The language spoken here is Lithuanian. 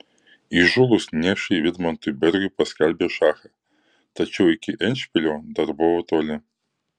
įžūlūs niekšai vidmantui bergui paskelbė šachą tačiau iki endšpilio dar buvo toli